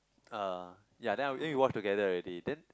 uh ya then I eh we watch together already then